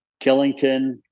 killington